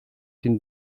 den